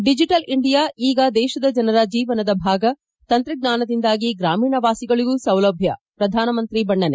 digital India ಈಗ ದೇಶದ ಜೀವನದ ಭಾಗ ತಂತ್ರಜ್ಞಾನದಿಂದಾಗಿ ಗ್ರಾಮೀಣ ವಾಸಿಗಳಿಗೂ ಸೌಲಭ್ಯ ಪ್ರಧಾನಮಂತ್ರಿ ಬಣ್ಣನೆ